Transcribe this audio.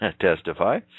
testify